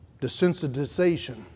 Desensitization